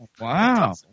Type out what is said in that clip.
Wow